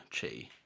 Chi